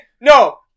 no